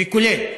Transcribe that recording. כולל.